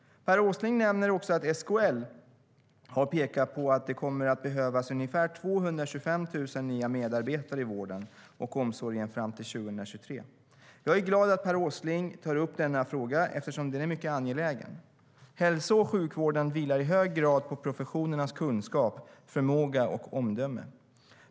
Per Åsling nämner också att SKL har pekat på att det kommer att behövas ungefär 225 000 nya medarbetare i vården och omsorgen fram till 2023. Jag är glad att Per Åsling tar upp denna fråga eftersom den är mycket angelägen. Hälso och sjukvården vilar i hög grad på professionernas kunskap, förmåga och omdöme.